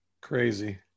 Crazy